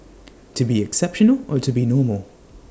to be exceptional or to be normal